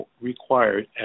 required